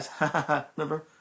Remember